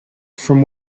from